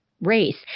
Race